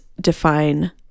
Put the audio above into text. define